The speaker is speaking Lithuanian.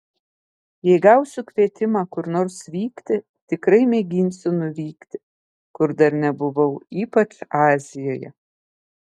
jei gausiu kvietimą kur nors vykti tikrai mėginsiu nuvykti kur dar nebuvau ypač azijoje